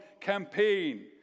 campaign